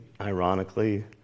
ironically